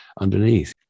underneath